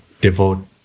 devote